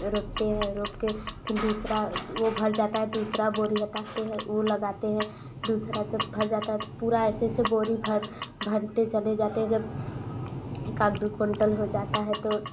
रोपते है रोप कर फिन दूसरा वह भर जाता है दूसरा बोरी हटाते हैं उ लगाते हैं दूसरा जब भर जाता है तो पूरा ऐसे ऐसे बोरी भर भरते चले जाते हैं जब एक आध दु क्विंटल हो जाता है तो